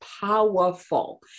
powerful